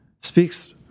speaks